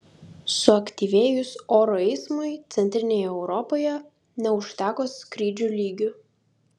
suaktyvėjus oro eismui centrinėje europoje neužteko skrydžių lygių